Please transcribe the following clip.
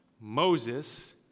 Moses